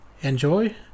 enjoy